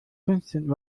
fünfzehn